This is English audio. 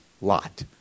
Lot